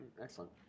Excellent